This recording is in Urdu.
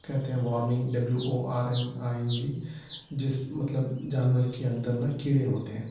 کہتے ہیں worming W O R M I N G جس مطلب جانور کے اندر نہ کیڑے ہوتے ہیں